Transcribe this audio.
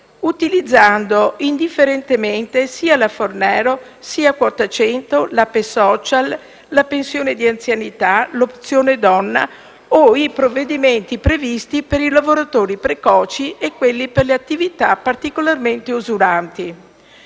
utilizzando indifferentemente sia la legge Fornero, sia quota 100, l'APE *social*, la pensione di anzianità, l'opzione donna o i provvedimenti previsti per i lavoratori precoci e quelli per le attività particolarmente usuranti.